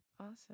Awesome